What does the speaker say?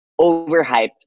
overhyped